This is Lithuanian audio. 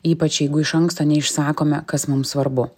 ypač jeigu iš anksto neišsakome kas mum svarbu